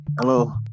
Hello